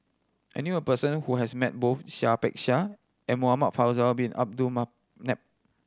I knew a person who has met both Seah Peck Seah and Muhamad Faisal Bin Abdul Manap